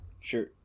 Sure